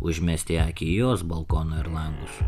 užmesti akį į jos balkoną ir langus